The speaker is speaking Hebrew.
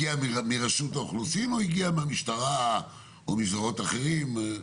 הגיעה מרשות האוכלוסין או הגיעה מהמשטרה או מזרועות אחרות?